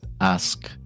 ask